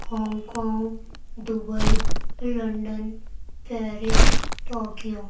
Hong Kong Dubai London Paris Tokyo